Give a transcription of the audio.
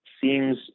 seems